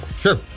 Sure